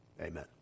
amen